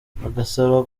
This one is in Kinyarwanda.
bagasaba